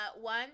one